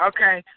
Okay